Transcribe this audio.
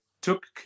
took